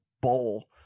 bowl